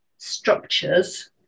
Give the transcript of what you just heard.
structures